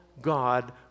God